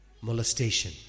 molestation